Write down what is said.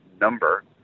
number